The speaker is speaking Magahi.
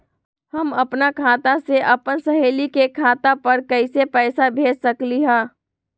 हम अपना खाता से अपन सहेली के खाता पर कइसे पैसा भेज सकली ह?